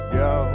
go